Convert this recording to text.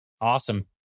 Awesome